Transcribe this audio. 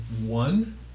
one